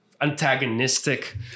antagonistic